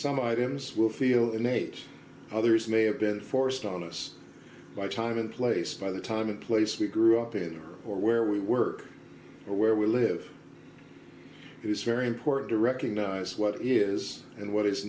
some items will feel innate others may have been forced on us by time in place by the time and place we grew up in or where we work or where we live it is very important to recognize what is and what is